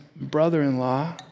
brother-in-law